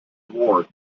ward